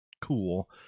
cool